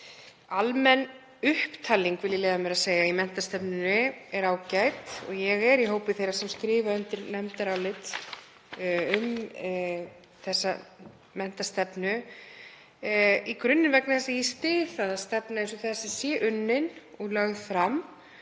Almenn upptalning, vil ég leyfa mér að segja, í menntastefnunni er ágæt og ég er í hópi þeirra sem skrifa undir nefndarálit um hana, í grunninn vegna þess að ég styð að stefna eins og þessi sé unnin og lögð fram